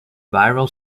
viral